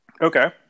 Okay